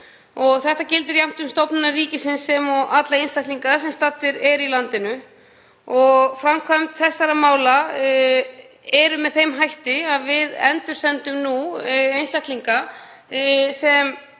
þetta gildir jafnt um stofnanir ríkisins sem og alla einstaklinga sem staddir eru í landinu. Framkvæmd þessara mála er með þeim hætti að við endursendum nú einstaklinga sem